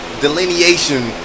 delineation